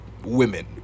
Women